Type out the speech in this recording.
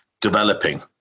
developing